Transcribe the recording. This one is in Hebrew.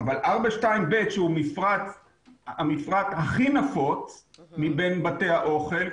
אבל 4.2ב שהוא המפרט הכי נפוץ מבין בתי האוכל,